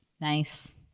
Nice